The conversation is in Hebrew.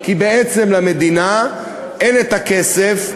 כי בעצם למדינה אין כסף,